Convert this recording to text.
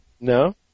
no